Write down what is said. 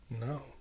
no